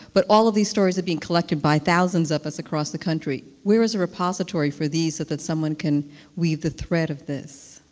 but all of these stories are being collected by thousands of us across the country. where is a repository for these so that someone can weave the thread of this?